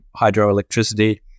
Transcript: hydroelectricity